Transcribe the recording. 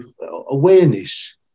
awareness